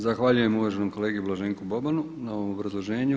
Zahvaljujem uvaženom kolegi Blaženku Bobanu na ovom obrazloženju.